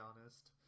honest